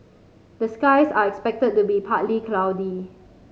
the skies are expected to be partly cloudy